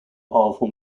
powerful